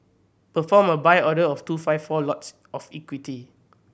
perform a Buy order of two five four lots of equity